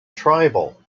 tribal